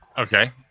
Okay